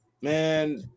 Man